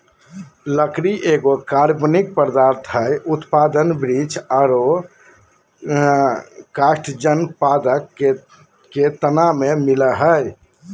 लकड़ी एगो कार्बनिक पदार्थ हई, उत्पादन वृक्ष आरो कास्टजन्य पादप के तना में मिलअ हई